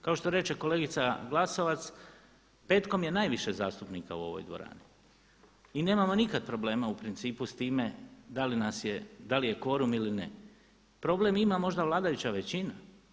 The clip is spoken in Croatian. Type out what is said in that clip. Kao što reče kolegica Glasovac, petkom je najviše zastupnika u ovoj dvorani i nemamo nikad problema u principu s time da li nas je, da li je kvorum ili ne, problem ima možda vladajuća većina.